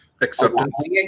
acceptance